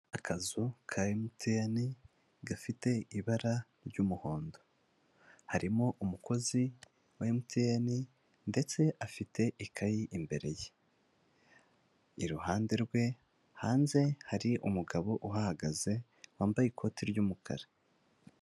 Akazu ka MTN, gafite ibara ry'umuhondo, harimo umukozi wa MTN ndetse afite ikayi imbere ye, iruhande rwe hanze hari umugabo uhagaze, wambaye ikoti ry'umukara.